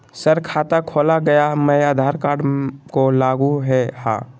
Sir खाता खोला गया मैं आधार कार्ड को लागू है हां?